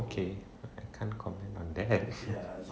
okay I can't comment on that